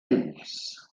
ells